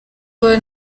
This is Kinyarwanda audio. paul